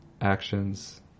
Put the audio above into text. actions